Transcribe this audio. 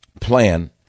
plan